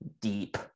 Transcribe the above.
deep